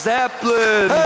Zeppelin